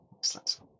Excellent